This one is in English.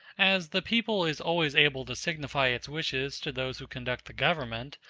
as the people is always able to signify its wishes to those who conduct the government,